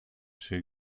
czy